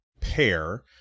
Pair